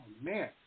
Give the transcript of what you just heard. man